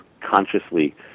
consciously